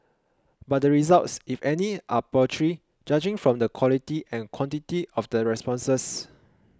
but the results if any are paltry judging from the quality and quantity of the responses